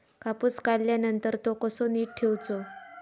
कापूस काढल्यानंतर तो कसो नीट ठेवूचो?